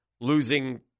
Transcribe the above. losing